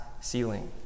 ceiling